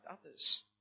others